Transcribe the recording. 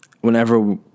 whenever